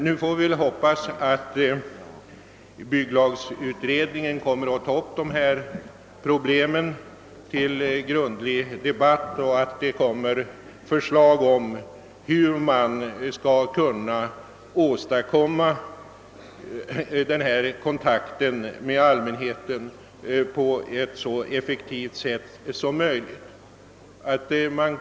Nu får vi hoppas att bygglagutredningen kommer att ta upp dessa problem till grundlig debatt och lägga fram förslag om hur man skall kunna åstadkomma denna kontakt med allmänheten på ett så effektivt sätt som möjligt. Herr talman!